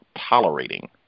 tolerating